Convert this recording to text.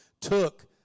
took